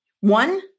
One